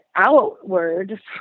outward